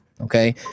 Okay